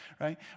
right